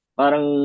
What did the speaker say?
parang